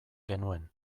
genuen